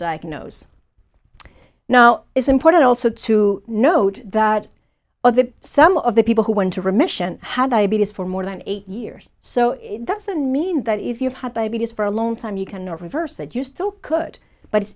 diagnosed now it's important also to note that the that some of the people who went to remission had diabetes for more than eight years so it doesn't mean that if you've had diabetes for a long time you can reverse it you still could but